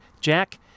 Jack